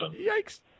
Yikes